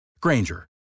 Granger